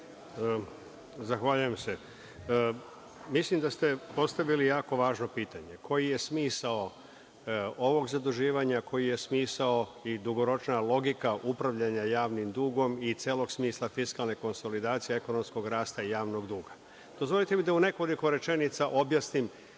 Vujović** Mislim da ste postavili jako važno pitanje – koji je smisao ovog zaduživanja? Koji je smisao i dugoročna logika upravljanja javnim dugom i celog smisla fiskalne konsolidacije ekonomskog rasta javnog duga? Dozvolite mi da u nekoliko rečenica objasnim